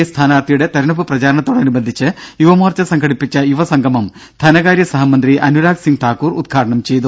A സ്ഥാനാർഥിയുടെ തെരഞ്ഞെടുപ്പ് പ്രചാരണത്തോടനുബന്ധിച്ച് യുവമോർച്ച സംഘടിപ്പിച്ച യുവസംഗമം ധനകാര്യ സഹമന്ത്രി അനുരാഗ് സിംഗ് ഠാക്കൂർ ഉദ്ഘാടനം ചെയ്തു